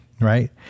right